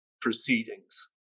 proceedings